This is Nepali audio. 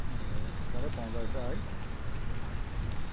ए सबै पाउँदोरहेछ है